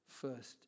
first